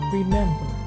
Remember